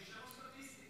הם ישנו סטטיסטיקה.